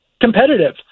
competitive